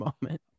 moment